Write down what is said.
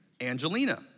Angelina